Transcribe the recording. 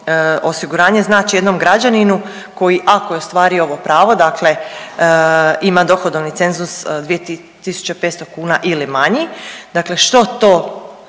osiguranje znači jednom građaninu koji ako je ostvario ovo pravo, dakle ima dohodovni cenzus 2500 kuna ili manji, dakle što to